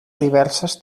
diverses